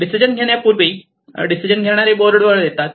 decision घेण्यापूर्वी decision घेणारे board वर येतात